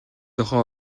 тухай